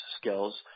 skills